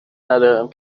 ندارم